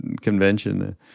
convention